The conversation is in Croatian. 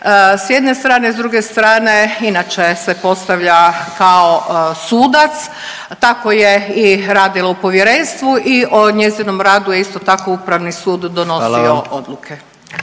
s jedne strane, a s druge strane inače se postavlja kao sudac, tako je i radila u povjerenstvu i o njezinom radu je isto tako upravni sud…/Upadica